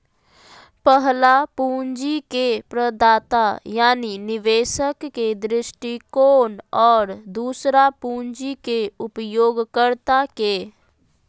पहला पूंजी के प्रदाता यानी निवेशक के दृष्टिकोण और दूसरा पूंजी के उपयोगकर्ता के